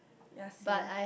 ya same